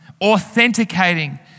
authenticating